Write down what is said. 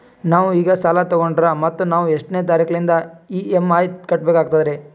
ನಾವು ಈಗ ಸಾಲ ತೊಗೊಂಡ್ರ ಮತ್ತ ನಾವು ಎಷ್ಟನೆ ತಾರೀಖಿಲಿಂದ ಇ.ಎಂ.ಐ ಕಟ್ಬಕಾಗ್ತದ್ರೀ?